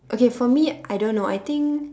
okay for me I don't know I think